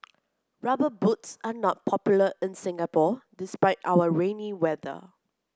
rubber boots are not popular in Singapore despite our rainy weather